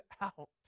out